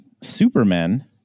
Superman